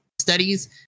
studies